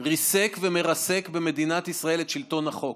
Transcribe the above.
ריסק ומרסק במדינת ישראל את שלטון החוק.